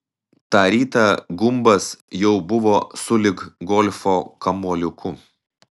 tą rytą gumbas jau buvo sulig golfo kamuoliuku